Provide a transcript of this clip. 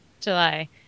July